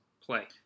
play